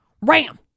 Ram